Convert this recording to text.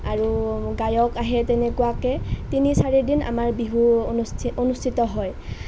আৰু গায়ক আহে তেনেকুৱাকৈ তিনি চাৰি দিন আমাৰ বিহু অনু অনুষ্ঠিত হয়